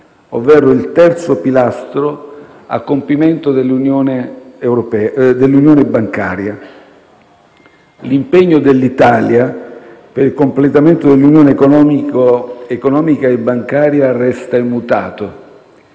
ovvero il terzo pilastro a compimento dell'Unione bancaria. L'impegno dell'Italia per il completamento dell'Unione economica e bancaria resta immutato.